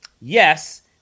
yes